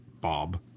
Bob